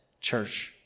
church